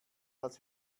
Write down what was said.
als